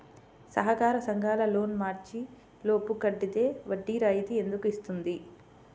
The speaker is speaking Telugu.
సహకార సంఘాల లోన్ మార్చి లోపు కట్టితే వడ్డీ రాయితీ ఎందుకు ఇస్తుంది?